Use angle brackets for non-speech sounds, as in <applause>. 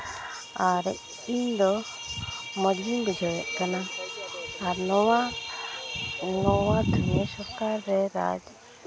ᱟᱨ ᱤᱧᱫᱚ ᱢᱚᱡᱽᱜᱤᱧ ᱵᱩᱡᱷᱟᱹᱣᱮᱫ ᱠᱟᱱᱟ ᱟᱨ ᱱᱚᱣᱟ <unintelligible> ᱨᱮ ᱨᱟᱡᱽ